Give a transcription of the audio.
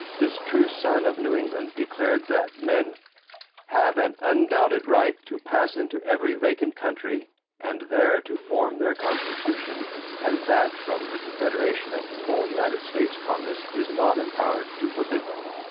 this true son of new england declared that men have an undoubted right to pass into every vacant country and there to form their constitution and that from the confederation of the whole united states congress is not empowered to forbid them.